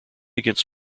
against